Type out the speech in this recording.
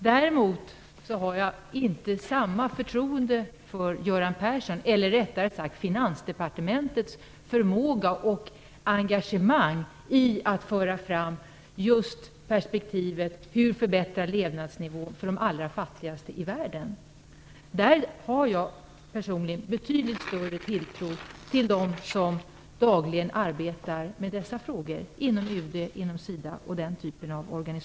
Däremot har jag inte samma förtroende för Göran Perssons eller, rättare sagt, Finansdepartementets förmåga och engagemang i perspektivet av hur vi skall kunna höja levnadsnivån för de allra fattigaste i världen. Jag har personligen betydligt större tilltro till dem som dagligen arbetar med dessa frågor inom UD och SIDA och den typen av organ.